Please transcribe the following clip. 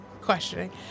questioning